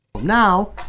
Now